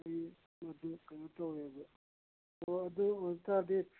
ꯎꯝ ꯑꯗꯨ ꯀꯩꯅꯣ ꯇꯧꯋꯦꯕ ꯑꯣ ꯑꯗꯨ ꯑꯣꯏꯇꯥꯗꯤ